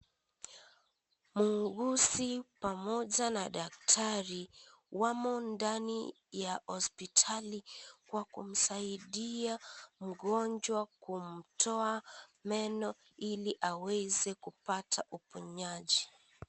Muuguzi pamoja na daktari wamo ndani ya hospitali kwa kumsaidia mgonjwa kumtoa meno ili aweze kupata uponyaji.